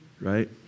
right